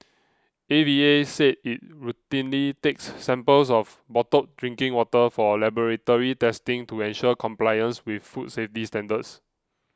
A V A said it routinely takes samples of bottled drinking water for laboratory testing to ensure compliance with food safety standards